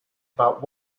about